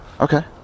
Okay